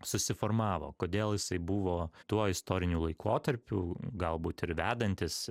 susiformavo kodėl jisai buvo tuo istoriniu laikotarpiu galbūt ir vedantis